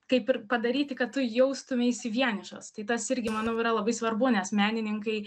kaip ir padaryti kad tu jaustumeisi vienišas tai tas irgi manau yra labai svarbu nes menininkai